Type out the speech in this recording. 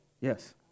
Yes